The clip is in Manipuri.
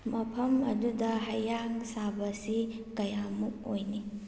ꯃꯐꯝ ꯑꯗꯨꯗ ꯍꯌꯥꯡ ꯁꯥꯕꯁꯤ ꯀꯌꯥꯃꯨꯛ ꯑꯣꯏꯅꯤ